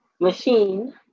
machine